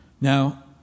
Now